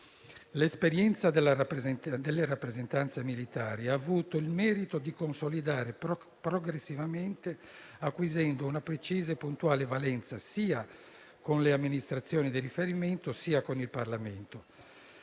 L'esperienza delle rappresentanze militari ha avuto il merito di consolidarsi progressivamente, acquisendo una precisa e puntuale valenza, sia con le amministrazioni di riferimento sia con il Parlamento.